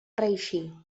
reeixir